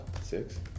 Six